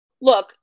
Look